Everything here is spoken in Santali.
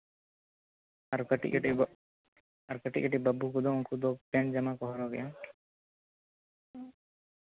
ᱟᱨ ᱠᱟᱹᱴᱤᱡ ᱠᱟᱹᱴᱤᱡ ᱟᱨ ᱠᱟᱹᱴᱤᱡ ᱠᱟᱹᱴᱤᱡ ᱵᱟᱹᱵᱩ ᱠᱚᱫᱚ ᱩᱱᱠᱩ ᱫᱚ ᱯᱮᱱ ᱡᱟᱢᱟ ᱠᱚ ᱦᱚᱨᱚᱜ ᱮᱫᱟ